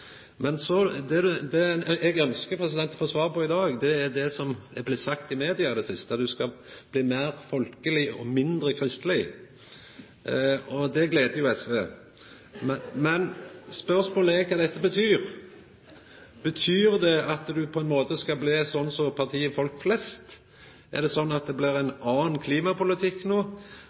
Men spørsmålet er kva dette betyr. Betyr det at Hareide på ein måte skal bli sånn som partiet «folk flest»? Er det sånn at det blir ein annan klimapolitikk no,